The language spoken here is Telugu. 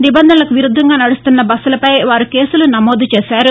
నిబంధనలకు విరుద్దంగా నడుస్తున్న బస్లపై వారు కేసులు నమోదు చేశారు